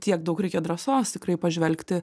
tiek daug reikia drąsos tikrai pažvelgti